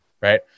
Right